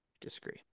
Disagree